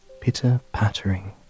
pitter-pattering